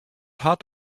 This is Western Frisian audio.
hat